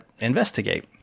investigate